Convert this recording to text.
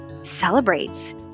celebrates